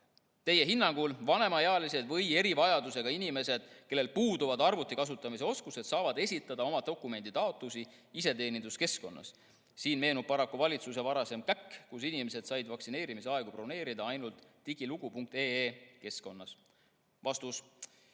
Teie hinnangul vanemaealised või erivajadusega inimesed, kellel puuduvad arvuti kasutamise oskused, saavad esitada oma dokumenditaotlusi iseteeninduskeskkonnas? Siin meenub paraku valitsuse varasem käkk, kus inimesed said vaktsineerimisaegu broneerida ainult digilugu.ee keskkonnas." Vastus.